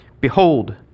Behold